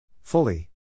Fully